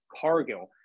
Cargill